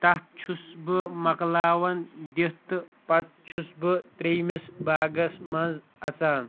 تَتھ چھُس بہٕ مۄکلاوَن دِتھ تہٕ پَتہٕ چھُس بہٕ ترٛیٚمِس باغَس منٛز اَژان